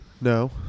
No